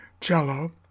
cello